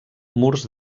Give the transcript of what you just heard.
murs